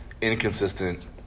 inconsistent –